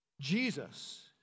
Jesus